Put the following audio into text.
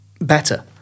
better